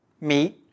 meat